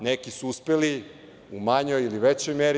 Neki su uspeli u manjoj ili većoj meri.